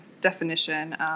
definition